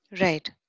Right